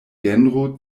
genro